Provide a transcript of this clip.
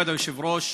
כבוד היושב-ראש,